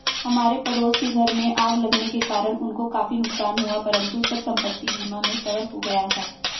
हमारे पड़ोस के घर में आग लगने के कारण उनको काफी नुकसान हुआ परंतु सब संपत्ति बीमा में कवर हो गया था